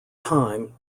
time